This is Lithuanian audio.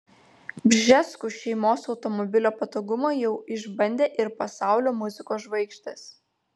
bžeskų šeimos automobilio patogumą jau išbandė ir pasaulio muzikos žvaigždės